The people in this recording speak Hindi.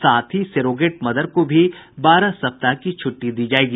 साथ ही सेरोगेट मदर को भी बारह सप्ताह की छूट्टी दी जायेगी